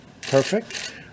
perfect